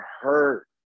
hurt